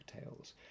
tales